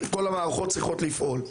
כל המערכות צריכות לפעול.